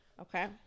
Okay